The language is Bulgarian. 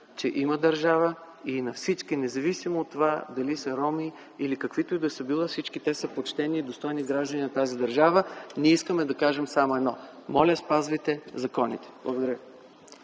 че има държава и е на всички, независимо от това дали са роми или каквито и да са, всички те са почтени и достойни граждани на тази държава. Ние искаме да кажем само едно: моля, спазвайте законите! Благодаря.